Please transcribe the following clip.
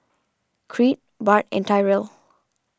Creed Bart and Tyrel